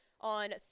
on